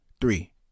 Three